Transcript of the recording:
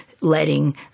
letting